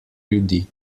ljudi